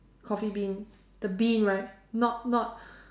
coffee bean the bean right not not